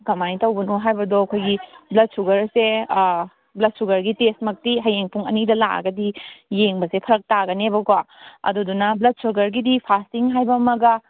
ꯀꯃꯥꯏ ꯇꯧꯕꯅꯣ ꯍꯥꯏꯕꯗꯣ ꯑꯩꯈꯣꯏꯒꯤ ꯕ꯭ꯂꯗ ꯁꯨꯒꯔꯁꯦ ꯕ꯭ꯂꯗ ꯁꯨꯒꯔꯒꯤ ꯇꯦꯁꯃꯛꯇꯤ ꯍꯌꯦꯡ ꯄꯨꯡ ꯑꯅꯤꯗ ꯂꯥꯛꯑꯒꯗꯤ ꯌꯦꯡꯕꯁꯦ ꯐꯔꯛ ꯇꯥꯒꯅꯦꯕꯀꯣ ꯑꯗꯨꯗꯨꯅ ꯕ꯭ꯂꯗ ꯁꯨꯒꯔꯒꯤꯗꯤ ꯐꯥꯁꯇꯤꯡ ꯍꯥꯏꯕ ꯑꯃꯒ